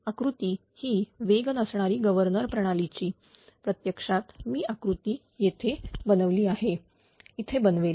आकृती ही वेग नसणारी गव्हर्नर प्रणालीची प्रत्यक्षात मी आकृती येथे बनवली आहे इथे बनवेल